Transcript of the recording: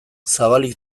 zabalik